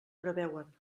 preveuen